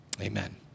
Amen